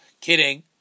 kidding